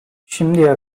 şimdiye